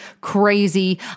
crazy